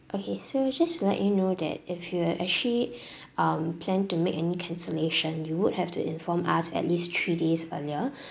okay so just to let you know that if you are actually um plan to make any cancellation you would have to inform us at least three days earlier